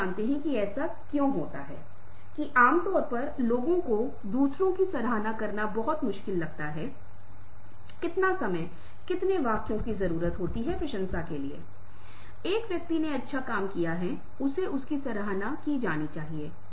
आपको एक संदर्भ की आवश्यकता है आपको इशारों के एक समूह की आवश्यकता है और निश्चित रूप से मौखिक और अशाब्दिक कोड की समग्रता का तात्पर्य है जो कुछ भी निहित होना है और अर्थ की अस्पष्टता एक ऐसी चीज है जो यहाँ पर बहुत मजबूत है जब आप इसकी तुलना मौखिक इशारे से करते हैं